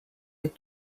les